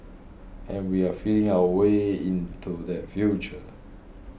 and we're feeling our way into that future